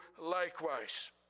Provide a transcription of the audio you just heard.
likewise